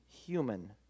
human